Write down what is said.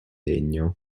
legno